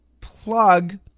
plug